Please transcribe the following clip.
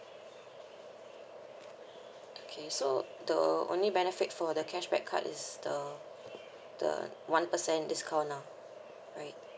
okay so the only benefit for the cashback card is the the one percent discount lah right